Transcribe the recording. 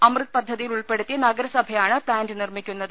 അമൃത് പദ്ധതിയിൽ ഉൾപെടുത്തി നഗരസഭ യാണ് പ്ലാന്റ് നിർമിക്കുന്നത്